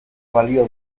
balio